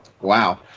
Wow